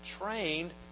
trained